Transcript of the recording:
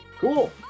cool